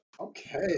Okay